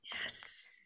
yes